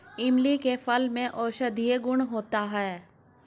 इमली के फल में औषधीय गुण होता है